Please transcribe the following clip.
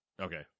Okay